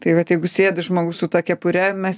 tai vat jeigu sėdi žmogus su ta kepure mes